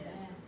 Yes